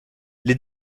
les